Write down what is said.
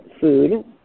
food